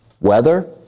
Weather